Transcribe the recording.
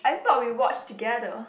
I thought we watch together